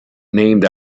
named